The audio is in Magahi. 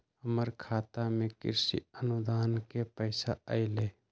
हमर खाता में कृषि अनुदान के पैसा अलई?